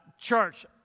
church